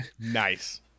Nice